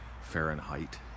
Fahrenheit